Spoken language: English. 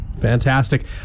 Fantastic